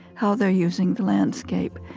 how they're using the landscape,